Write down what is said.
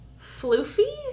floofy